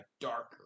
darker